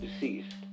deceased